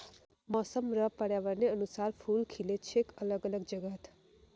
मौसम र पर्यावरनेर अनुसार फूल खिल छेक अलग अलग जगहत